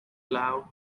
lao